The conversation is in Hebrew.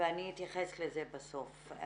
ואני אתייחס לזה בסוף.